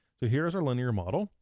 so here's our linear model,